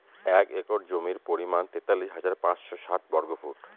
এক একর জমির পরিমাণ তেতাল্লিশ হাজার পাঁচশ ষাট বর্গফুট